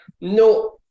no